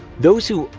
those who,